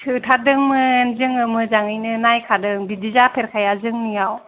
सोथारदोंमोन जोङो मोजाङैनो नायखादों बिदि जाफेरखाया जोंनियाव